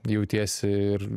jautiesi ir